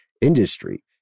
industry